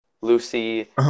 Lucy